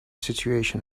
situation